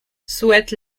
souhaite